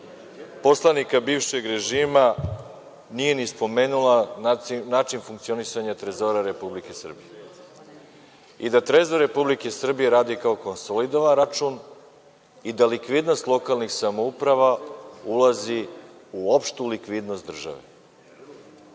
poslanika bivšeg režima nije ni spomenula način funkcionisanja Trezora Republike Srbije i da Trezor Republike Srbije radi kao konsolidovan račun i da likvidnost lokalnih samouprava ulazi u opštu likvidnost države.